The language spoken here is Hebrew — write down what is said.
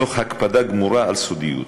תוך הקפדה גמורה על סודיות.